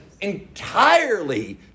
entirely